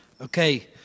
Okay